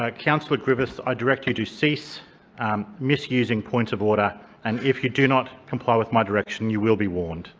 ah councillor griffiths i direct you to cease misusing points of order and if you do not comply with my direction you will be warned.